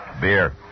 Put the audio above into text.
Beer